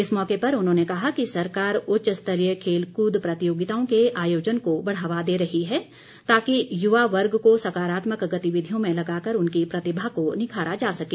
इस मौके पर उन्होंने कहा कि सरकार उच्च स्तरीय खेलकूद प्रतियोगिताओं के आर्याजन को बढ़ावा दे रही है ताकि युवा वर्ग को सकारात्मक गतिविधियां में लगाकर उनकी प्रतिभा को निखारा जा सके